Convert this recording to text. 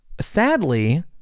sadly